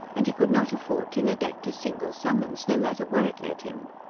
and he could not afford to neglect a single summons, no matter where it led him.